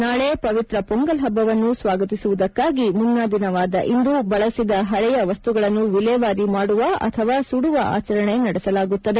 ನಾಳೆ ಪವಿತ್ರ ಪೊಂಗಲ್ ಹಬ್ಬವನ್ನು ಸ್ವಾಗತಿಸುವುದಕ್ಕಾಗಿ ಮುನ್ನಾ ದಿನವಾದ ಇಂದು ಬಳಸಿದ ಹಳೆಯ ವಸ್ತುಗಳನ್ನು ವಿಲೇವಾರಿ ಮಾಡುವ ಅಥವಾ ಸುದುವ ಆಚರಣೆ ನಡೆಸಲಾಗುತ್ತದೆ